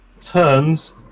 turns